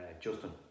Justin